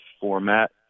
format